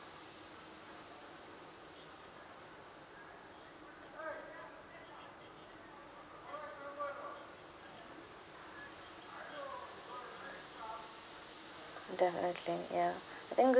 definitely ya I think